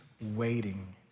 waiting